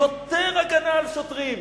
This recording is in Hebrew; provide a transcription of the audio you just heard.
יותר הגנה על שוטרים.